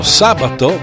sabato